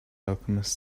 alchemist